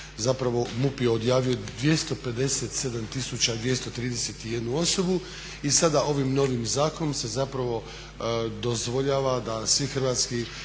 zapravo MUP je odjavio 257 tisuća 231 osobu i sada ovim novim zakonom se zapravo dozvoljava da svi hrvatski